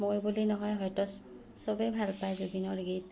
মই বুলি নহয় হয়তো চবেই ভাল পায় জুবিনৰ গীত